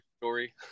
story